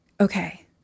okay